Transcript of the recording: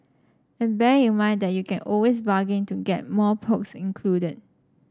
and bear in mind that you can always bargain to get more perks included in